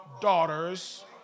daughters